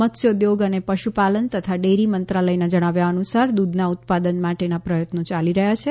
મત્સ્યોદ્યોગ અને પશુપાલન તથા ડેરી મંત્રાલયના જણાવ્યા અનુસાર દ્રધનું ઉત્પાદન માટે પ્રયત્નો ચાલી રહ્યા છે